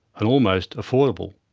and almost affordable.